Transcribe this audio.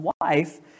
wife